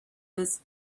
this